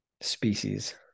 species